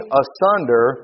asunder